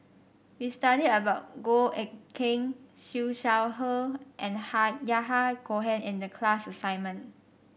we studied about Goh Eck Kheng Siew Shaw Her and Yahya Cohen in the class assignment